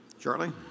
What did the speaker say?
Charlie